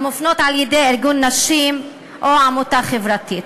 אלה המופנות על-ידי ארגון נשים או עמותה חברתית.